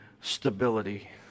stability